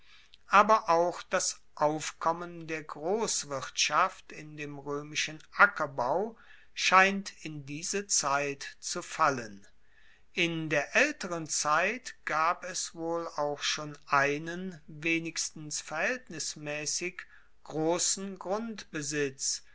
aber auch das aufkommen der grosswirtschaft in dem roemischen ackerbau scheint in diese zeit zu fallen in der aelteren zeit gab es wohl auch schon einen wenigstens verhaeltnismaessig grossen grundbesitz